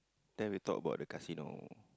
then we talk about the casino